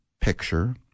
picture